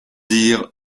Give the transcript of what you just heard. dire